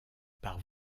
par